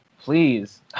Please